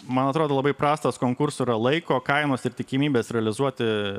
man atrodo labai prastas konkurso laiko kainos ir tikimybės realizuoti